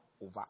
over